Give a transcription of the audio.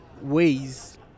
ways